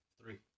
Three